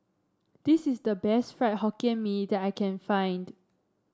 this is the best Fried Hokkien Mee that I can find